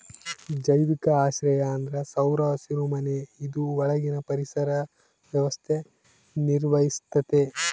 ಜೈವಿಕ ಆಶ್ರಯ ಅಂದ್ರ ಸೌರ ಹಸಿರುಮನೆ ಇದು ಒಳಗಿನ ಪರಿಸರ ವ್ಯವಸ್ಥೆ ನಿರ್ವಹಿಸ್ತತೆ